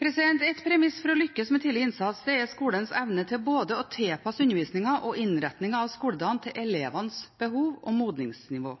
Et premiss for å lykkes med tidlig innsats er skolens evne til å tilpasse både undervisningen og innretningen av skoledagen til elevenes behov og modningsnivå.